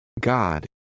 God